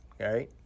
okay